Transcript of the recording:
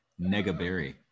Negaberry